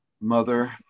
mother